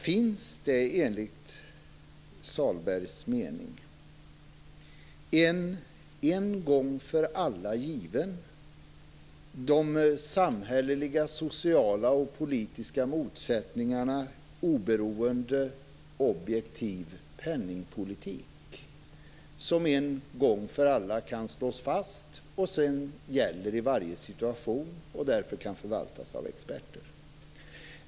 Finns det enligt Sahlbergs mening en, trots de samhälleliga, sociala och politiska motsättningarna, oberoende objektiv penningpolitik som en gång för alla kan slås fast och sedan gäller i varje situation och därför kan förvaltas av experter?